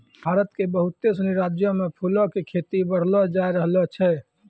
भारत के बहुते सिनी राज्यो मे फूलो के खेती बढ़लो जाय रहलो छै